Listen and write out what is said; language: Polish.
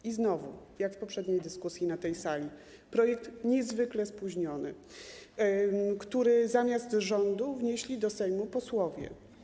I znowu, jak w poprzedniej dyskusji na tej sali - projekt niezwykle spóźniony, który zamiast rządu wnieśli do Sejmu posłowie.